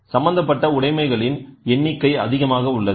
சம்மந்தப்பட்ட உடமைகளின் எண்ணிக்கை அதிகமாக உள்ளது